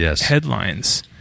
headlines